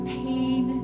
pain